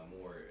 more